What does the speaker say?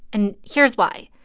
and here's why.